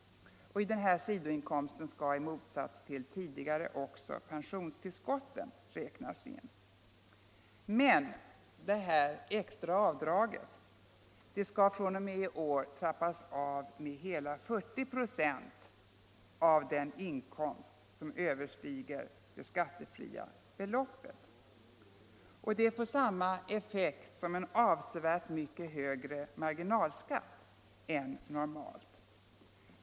I denna sidoinkomst skall i motsats till vad som tidigare gällt också pensionstillskotten inräknas. Detta extra avdrag skall emellertid fr.o.m. i år trappas av med hela 40 96 av den inkomst som överstiger det skattefria beloppet. Detta får samma effekt som en avsevärt högre marginalskatt än normalt.